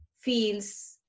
feels